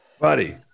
buddy